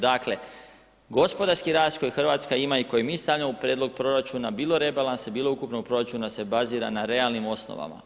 Dakle, gospodarski rast koji Hrvatska ima i koji mi stavljamo u Prijedlog proračuna, bilo rebalansa, bilo ukupnog proračuna, se bazira na realnim osnovama.